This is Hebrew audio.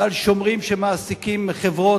ועל שומרים שחברות מעסיקות,